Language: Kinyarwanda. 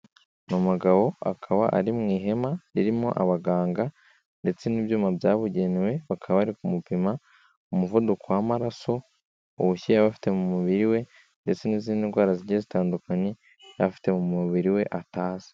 Ni mugabo akaba ari mu ihema ririmo abaganga, ndetse n'ibyuma byabugenewe, bakaba bari kumupima umuvuduko w'amaraso, ubushye yaba afite mu mubiri we, ndetse n'izindi ndwara zigiye zitandukanye yaba afite mu mubiri we atazi.